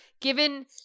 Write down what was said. given